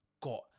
got